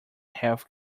health